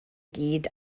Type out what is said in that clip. gyd